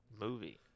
movie